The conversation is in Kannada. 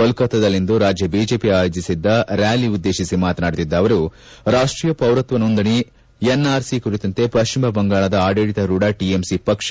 ಕೋಲ್ಕತ್ತಾದಲ್ಲಿಂದು ರಾಜ್ಯ ಬಿಜೆಪಿ ಆಯೋಜಿಸಿದ್ದ ರ್್ಾಲಿ ಉದ್ದೇಶಿಸಿ ಮಾತನಾಡುತ್ತಿದ್ದ ಅವರು ರಾಷ್ಷೀಯ ಪೌರತ್ವ ನೋಂದಣಿ ಎನ್ಆರ್ಸಿ ಕುರಿತಂತೆ ಪಕ್ಷಿಮ ಬಂಗಾಳದ ಆಡಳಿತಾರೂಢ ಟಿಎಂಸಿ ಪಕ್ಷ